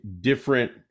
different